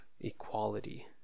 equality